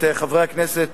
חברי הכנסת,